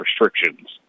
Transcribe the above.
restrictions